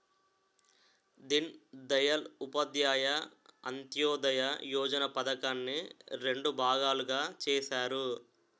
దీన్ దయాల్ ఉపాధ్యాయ అంత్యోదయ యోజన పధకాన్ని రెండు భాగాలుగా చేసారు